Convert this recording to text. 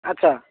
ଆଚ୍ଛା